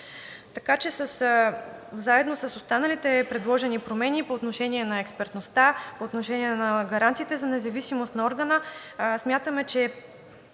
Така че заедно с останалите предложени промени по отношение на експертността, по отношение на гаранциите за независимост на органа смятаме, че